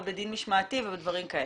בדין משמעתי ובדברים כאלה.